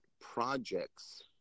projects